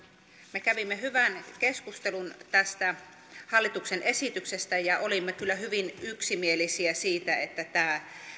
me kävimme hyvän keskustelun tästä hallituksen esityksestä ja olimme kyllä hyvin yksimielisiä siitä että tämä